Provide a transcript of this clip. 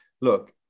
look